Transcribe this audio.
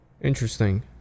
Interesting